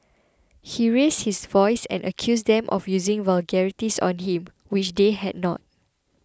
he raised his voice and accused them of using vulgarities on him which they had not